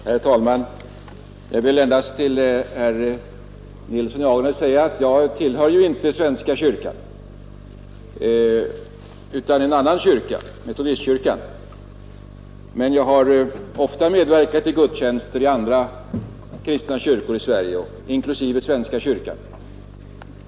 Herr talman! Jag vill bara säga till herr Nilsson i Agnäs att jag inte tillhör svenska kyrkan utan en annan kyrka, nämligen metodistkyrkan. Men jag har ofta medverkat i gudstjänster i andra kristna kyrkor här i landet, inklusive svenska kyrkan.